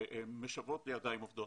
שמשוועות לידיים עובדות,